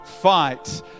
fight